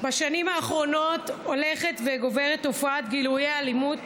בשנים האחרונות הולכת וגוברת תופעת גילויי האלימות